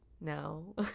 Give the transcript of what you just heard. no